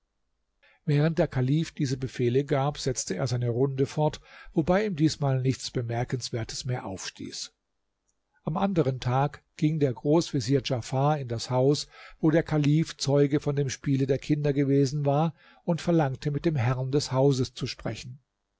während der kalif diese befehle gab setzte er seine runde fort wobei ihm diesmal nichts bemerkenswertes mehr aufstieß am anderen tag ging der großvezier djafar in das haus wo der kalif zeuge von dem spiele der kinder gewesen war und verlangte mit dem herrn des hauses zu sprechen